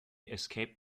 escaped